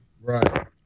Right